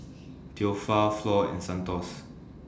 Theophile Flo and Santos